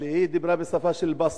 אבל היא דיברה בשפה של בסטה,